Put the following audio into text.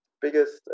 biggest